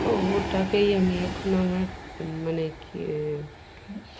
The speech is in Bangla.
ও টাকাই আম আমি এখন না আমার মানে কি